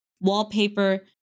wallpaper